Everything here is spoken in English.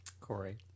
Corey